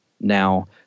now